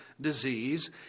disease